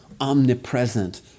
omnipresent